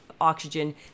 oxygen